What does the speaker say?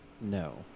No